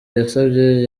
yasabye